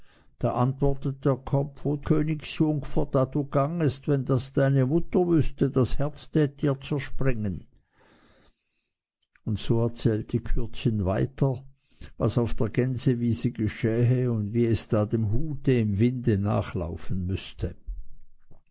da antwortet der kopf o du königsjungfer da du gangest wenn das deine mutter wüßte das herz tät ihr zerspringen und so erzählte kürdchen weiter was auf der gänsewiese geschähe und wie es da dem hut im winde nachlaufen müßte